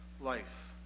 life